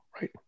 right